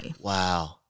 Wow